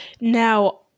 Now